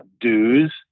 dues